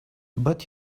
but